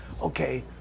okay